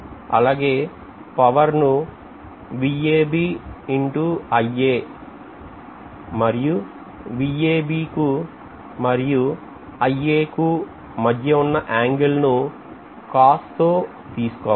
అలాగే పవర్ ను అని మరియు కు మరియు కు మద్య వున్న ఏంగెల్ ను cos తో తీసుకోవాలి